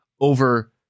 over